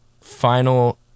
final